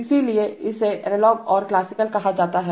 इसलिए इसे एनालॉग और क्लासिकल कहा जाता है